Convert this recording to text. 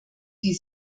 die